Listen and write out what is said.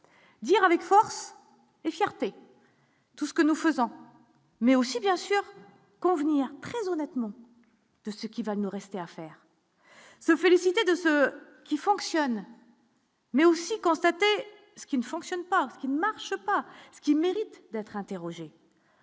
dire avec force et fierté, tout ce que nous faisons mais aussi bien sûr convenir, très honnêtement, tout ce qui va nous rester à faire, se félicitait de ce qui fonctionne. Mais aussi constaté ce qui ne fonctionne pas, ce qui ne marche pas, ce qui mérite d'être interrogée.